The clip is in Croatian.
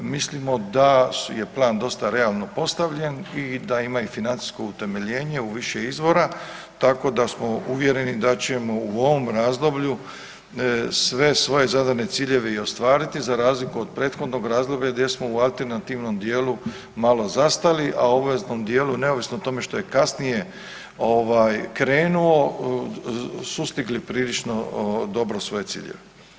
Mislimo da je plan dosta realno postavljen i da ima i financijsko utemeljenje u više izvora, tako da smo uvjereni da ćemo u ovom razdoblju sve svoje zadane ciljeve i ostvariti za razliku od prethodnog razdoblja gdje smo u alternativnom dijelu malo zastali, a u obveznom dijelu neovisno o tome što je kasnije ovaj krenuo sustigli prilično dobro svoje ciljeve.